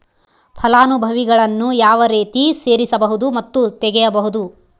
ಫಲಾನುಭವಿಗಳನ್ನು ಯಾವ ರೇತಿ ಸೇರಿಸಬಹುದು ಮತ್ತು ತೆಗೆಯಬಹುದು?